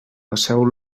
passeu